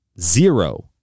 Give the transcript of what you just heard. Zero